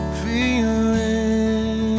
feeling